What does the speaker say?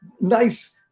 nice